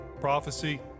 prophecy